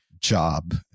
Job